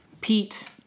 Pete